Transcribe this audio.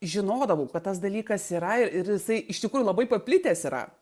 žinodavau kad tas dalykas yra ir jisai iš tikrųjų labai paplitęs yra